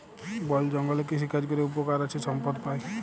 বল জঙ্গলে কৃষিকাজ ক্যরে উপকার আছে সম্পদ পাই